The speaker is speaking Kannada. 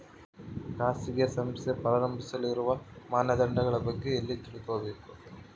ಖಾಸಗಿ ಸಂಸ್ಥೆ ಪ್ರಾರಂಭಿಸಲು ಇರುವ ಮಾನದಂಡಗಳ ಬಗ್ಗೆ ಎಲ್ಲಿ ತಿಳ್ಕೊಬೇಕು?